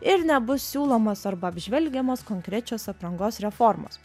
ir nebus siūlomos arba apžvelgiamos konkrečios aprangos reformos